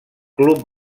club